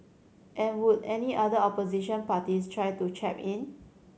and would any other opposition parties try to chap in